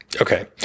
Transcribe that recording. Okay